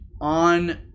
on